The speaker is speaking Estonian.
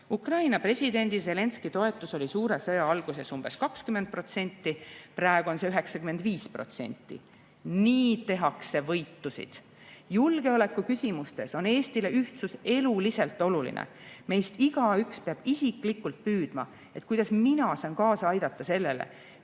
Ukraina presidendi Zelenskõi toetus oli suure sõja alguses umbes 20%, praegu on see 95%. Nii tehakse võitusid. Julgeolekuküsimustes on Eestile ühtsus eluliselt oluline. Meist igaüks peab isiklikult püüdma selle poole, kuidas just tema saaks kaasa aidata sellele,